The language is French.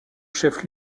chef